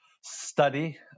study